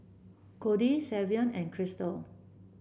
Codie Savion and Christel